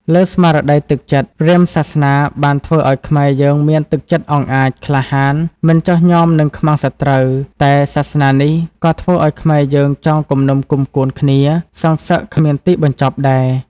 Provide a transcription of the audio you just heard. លើស្មារតីទឹកចិត្ត ព្រាហ្មសាសនាបានធ្វើឱ្យខ្មែរយើងមានទឹកចិត្តអង់អាច ក្លាហាន មិនចុះញ៉មនឹងខ្មាំងសត្រូវ តែសាសនានេះក៏ធ្វើឱ្យខ្មែរយើងចង គំនុំគំគួនគ្នា សងសឹក គ្មានទីបញ្ចប់ដែរ។